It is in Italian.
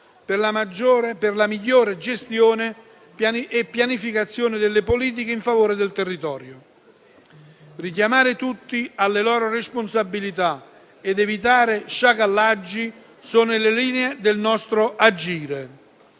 per la migliore gestione e pianificazione delle politiche in favore del territorio. Richiamare tutti alle loro responsabilità ed evitare sciacallaggi sono le linee del nostro agire.